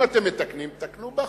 אם אתם מתקנים, תקנו ב-1%.